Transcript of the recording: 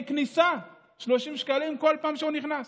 כניסה של 30 שקלים בכל פעם שהוא נכנס.